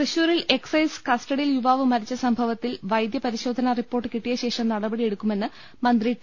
തൃശൂരിൽ എക്സൈസ് കസ്റ്റഡിയിൽ യുവാവ് മരിച്ച സംഭവത്തിൽ വൈദ്യ പരിശോധനാ റിപ്പോർട്ട് കിട്ടിയശേഷം നടപടിയെടുക്കുമെന്ന് മന്ത്രി ടി